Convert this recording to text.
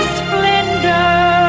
splendor